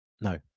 No